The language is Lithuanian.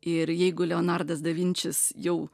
ir jeigu leonardas da vinčis jau